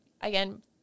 again